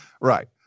Right